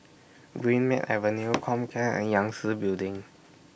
Greenmead Avenue Comcare and Yangtze Building